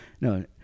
no